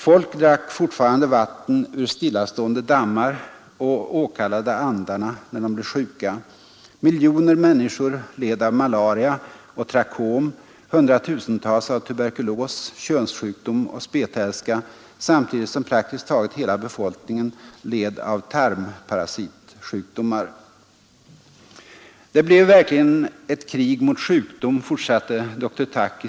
——— Folk drack fortfarande vatten ur stillastående dammar och åkallade andarna när de blev sjuka. ——— Miljoner människor led av malaria och trachom, hundratusentals av tuberkulos, könssjukdom och spetälska, samtidigt som praktiskt taget hela befolkningen led av tarmparasitsjukdomar.” ”Det blev verkligen ett krig mot sjukdom”, fortsatte dr Thach.